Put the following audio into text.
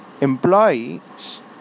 Employees